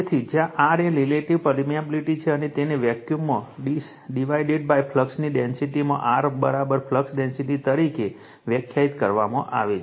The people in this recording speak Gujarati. તેથી જ્યાં r એ રિલેટીવ પરમેબિલિટ છે અને તેને વેક્યૂમમાં ડિવાઇડેડ ફ્લક્સની ડેન્સિટીમાં r ફ્લક્સ ડેન્સિટી તરીકે વ્યાખ્યાયિત કરવામાં આવે છે